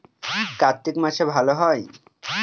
কার্তিক মাসে ভালো হয়?